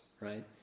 Right